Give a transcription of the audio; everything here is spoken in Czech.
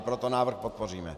Proto návrh podpoříme.